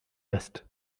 lässt